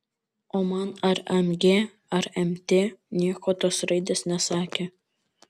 o man ar mg ar mt nieko tos raidės nesakė